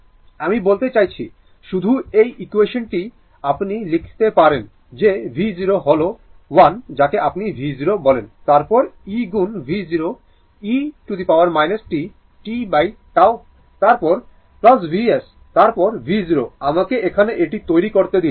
আমি বলতে চাইছি শুধু এই ইকুয়েসানটি আপনি লিখতে পারেন যে v0 হল 1 যাকে আপনি v0 বলেন তারপর e গুণ v0 e t tτ তারপর Vs তারপর v0 আমাকে এখানে এটি তৈরি করতে দিন